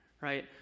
Right